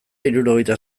hirurogeita